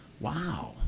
wow